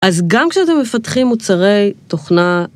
אז גם כשאתם מפתחים מוצרי תוכנה...